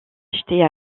acheter